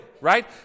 right